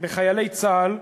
בחיילי צה"ל,